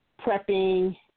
prepping